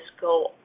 go